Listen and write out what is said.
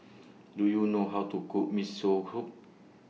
Do YOU know How to Cook Miso Soup